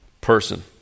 person